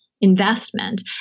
investment